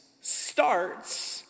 starts